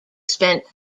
spent